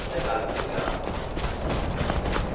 एह् कल्ल पुज्जी जाह्ग